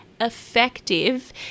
effective